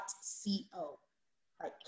C-O